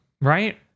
right